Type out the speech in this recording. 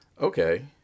Okay